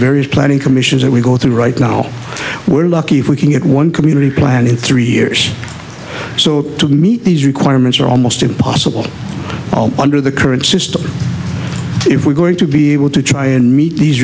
various planning commissions that we go through right now we're lucky if we can get one community plan in three years so to meet these requirements are almost impossible under the current system if we're going to be the will to try and meet these